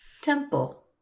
Temple